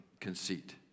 conceit